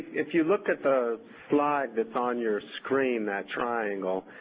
if you look at the slide that's on your screen, that triangle,